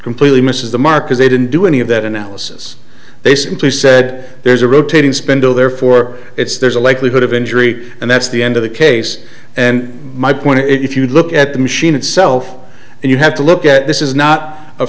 completely misses the mark as they didn't do any of that analysis they simply said there's a rotating spindle therefore it's there's a likelihood of injury and that's the end of the case and my point is if you look at the machine itself and you have to look at this is not a